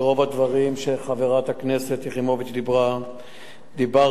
על רוב הדברים שחברת הכנסת יחימוביץ דיברה דיברתי,